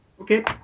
Okay